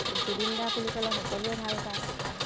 জুবিন দা বুলি ক'লে সকলোৱে ভাল পায়